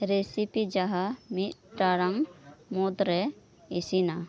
recipe ᱡᱟᱦᱟᱸ ᱢᱤᱫ ᱴᱟᱲᱟᱝ ᱢᱩᱫᱽᱨᱮ ᱤᱥᱤᱱᱚᱜᱼᱟ